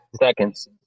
seconds